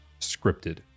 scripted